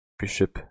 bishop